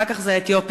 אחר כך זה האתיופים,